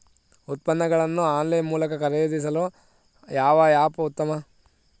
ಉತ್ಪನ್ನಗಳನ್ನು ಆನ್ಲೈನ್ ಮೂಲಕ ಖರೇದಿಸಲು ಯಾವ ಆ್ಯಪ್ ಉತ್ತಮ?